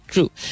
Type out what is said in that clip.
true